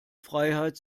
freiheit